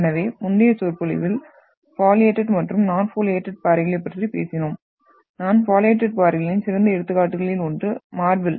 எனவே முந்தைய சொற்பொழிவில் பாலியேடட் மற்றும் நான் பாலியேடட் பாறைகளைப் பற்றிப் பேசினோம் நான் பாலியேடட் பாறைகளின் சிறந்த எடுத்துக்காட்டுகளில் ஒன்று மார்பில்